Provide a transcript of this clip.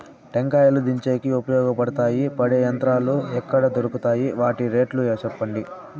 టెంకాయలు దించేకి ఉపయోగపడతాయి పడే యంత్రాలు ఎక్కడ దొరుకుతాయి? వాటి రేట్లు చెప్పండి?